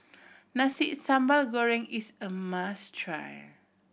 Nasi Sambal Goreng is a must try